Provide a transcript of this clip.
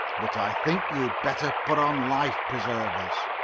but i think you had better put on life-preservers.